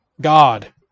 God